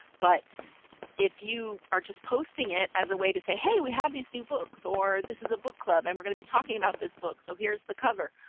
but if you are just posting it as a way to say, hey we have these new books, or this is a book club, and we're going to be talking about this book. so here's the cover.